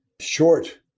short